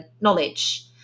knowledge